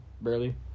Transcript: barely